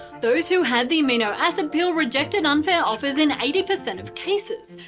those who had the amino acid pill rejected unfair offers in eighty percent of cases,